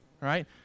right